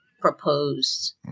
proposed